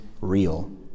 real